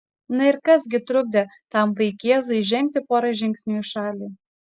na ir kas gi trukdė tam vaikėzui žengti porą žingsnių į šalį